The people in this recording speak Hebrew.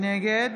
נגד